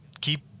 keep